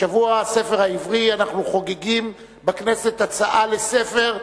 בשבוע הספר העברי אנחנו חוגגים בכנסת "הצעה לספר",